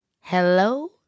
Hello